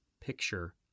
Picture